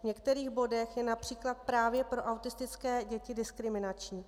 V některých bodech je například právě pro autistické děti diskriminační.